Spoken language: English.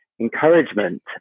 encouragement